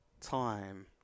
time